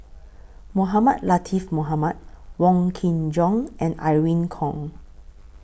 Mohamed Latiff Mohamed Wong Kin Jong and Irene Khong